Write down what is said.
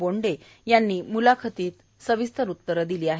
बोंडे यांनी मुलाखतीत सविस्तर उत्तरे दिली आहेत